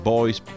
Boys